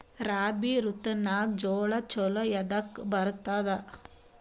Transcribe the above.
ರಾಬಿ ಋತುನಾಗ್ ಜೋಳ ಚಲೋ ಎದಕ ಬರತದ?